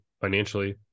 financially